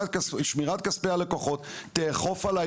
שלגבי שמירת כספי לקוחות תאכוף עליי